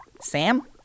Sam